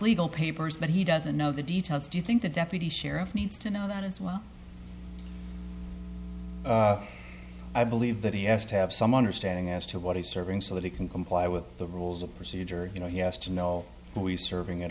legal papers but he doesn't know the details do you think the deputy sheriff needs to know that as well i believe that he has to have some understanding as to what he's serving so that he can comply with the rules of procedure you know he has to know who we serving it